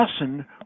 lesson